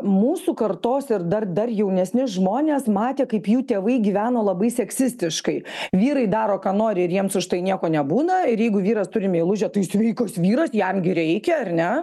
mūsų kartos ir dat dar jaunesni žmonės matė kaip jų tėvai gyveno labai seksistiškai vyrai daro ką nori ir jiems už tai nieko nebūna ir jeigu vyras turi meilužę tai sveikas vyras jam reikia ar ne